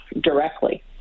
directly